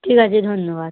ঠিক আছে ধন্যবাদ